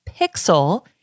pixel